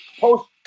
Post